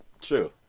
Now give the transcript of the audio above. true